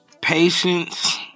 patience